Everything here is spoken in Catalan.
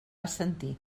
assentir